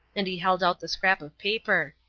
and he held out the scrap of paper.